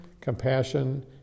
compassion